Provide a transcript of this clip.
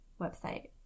website